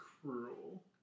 cruel